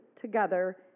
together